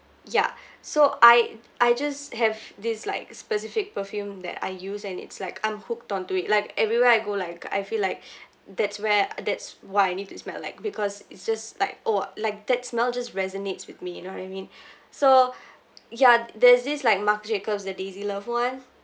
ya so I I just have this like specific perfume that I use and it's like I'm hooked onto it like everywhere I go like I feel like that's where that's what I need to smell like because it's just like oh like that smell just resonates with me you know what I mean so yeah there's this like Marc Jacobs the daisy love one